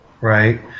right